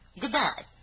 Goodbye